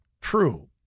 true